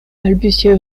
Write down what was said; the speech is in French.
balbutia